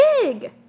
big